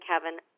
Kevin